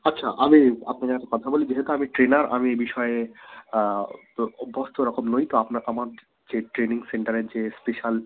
আচ্ছা আমি আপনাকে একটা কথা বলি যেহেতু আমি ট্রেনার আমি বিষয়ে তো অভ্যস্ত রকম নই তো আপনা আমার যে ট্রেনিং সেন্টারের যে স্পেশাল